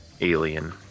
Alien